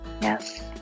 Yes